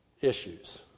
issues